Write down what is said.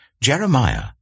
Jeremiah